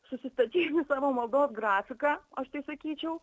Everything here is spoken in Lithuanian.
susistatyti savo maldos grafiką aš tai sakyčiau